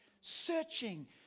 searching